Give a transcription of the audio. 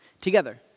together